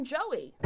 Joey